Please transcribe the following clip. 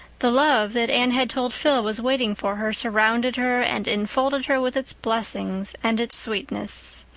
the love that anne had told phil was waiting for her surrounded her and enfolded her with its blessing and its sweetness.